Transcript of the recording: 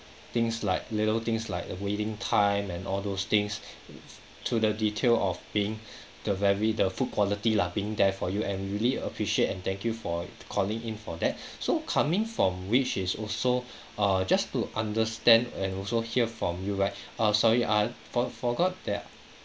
things like little things like uh waiting time and all those things to the detail of being the very the food quality lah being there for you and we really appreciate and thank you for calling in for that so coming from which is also err just to understand and also hear from you right uh sorry I for forgot that